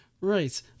Right